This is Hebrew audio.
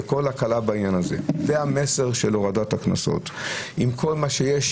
וכל הקלה בעניין הזה והמסר של הורדת הקנסות עם כל מה שיש,